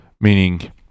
Meaning